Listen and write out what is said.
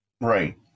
Right